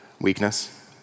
weakness